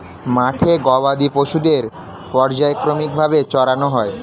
মাঠে গবাদি পশুদের পর্যায়ক্রমিক ভাবে চরানো হয়